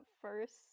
first